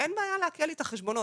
אין בעיה לעקל לי את החשבונות.